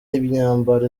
imyambaro